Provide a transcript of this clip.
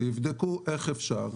ויבדקו איך אפשר